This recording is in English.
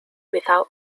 without